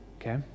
okay